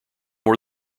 more